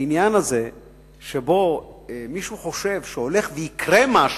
העניין הזה שמישהו חושב שהולך לקרות משהו,